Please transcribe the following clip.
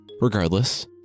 Regardless